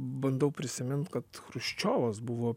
bandau prisimint kad chruščiovas buvo